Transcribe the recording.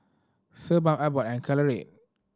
Sebamed Abbott and Caltrate